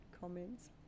comments